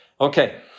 okay